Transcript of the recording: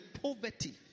poverty